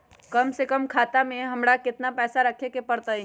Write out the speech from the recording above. कम से कम खाता में हमरा कितना पैसा रखे के परतई?